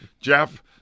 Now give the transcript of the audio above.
Jeff